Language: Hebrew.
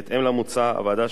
בהתאם למוצע, הוועדה